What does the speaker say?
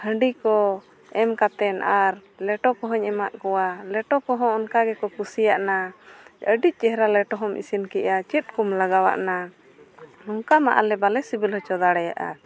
ᱦᱟᱺᱰᱤ ᱠᱚ ᱮᱢ ᱠᱟᱛᱮᱫ ᱟᱨ ᱞᱮᱴᱚ ᱠᱚᱦᱚᱧ ᱮᱢᱟᱫ ᱠᱚᱣᱟ ᱞᱮᱴᱚ ᱠᱚᱦᱚᱸ ᱚᱱᱠᱟ ᱜᱮᱠᱚ ᱠᱩᱥᱤᱭᱟᱜᱱᱟ ᱟᱹᱰᱤ ᱪᱮᱦᱨᱟ ᱞᱮᱴᱚ ᱦᱚᱢ ᱤᱥᱤᱱ ᱠᱮᱫᱼᱟ ᱪᱮᱫᱠᱚᱢ ᱞᱟᱜᱟᱣᱟᱜᱱᱟ ᱱᱚᱝᱠᱟ ᱢᱟ ᱟᱞᱮ ᱵᱟᱞᱮ ᱥᱤᱵᱤᱞ ᱦᱚᱪᱚ ᱫᱟᱲᱮᱭᱟᱜᱼᱟ